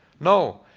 no.